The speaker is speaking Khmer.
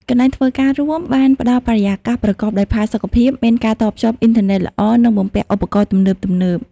កន្លែងធ្វើការរួមបានផ្តល់បរិយាកាសប្រកបដោយផាសុកភាព មានការតភ្ជាប់អ៊ីនធឺណិតល្អ និងបំពាក់ឧបករណ៍ទំនើបៗ។